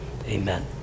Amen